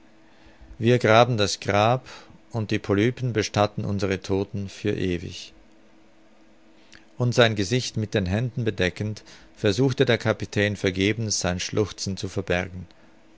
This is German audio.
wir graben das grab und die polypen bestatten unsere todten für ewig und sein gesicht mit den händen bedeckend versuchte der kapitän vergebens sein schluchzen zu verbergen